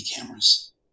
cameras